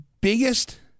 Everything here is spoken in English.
biggest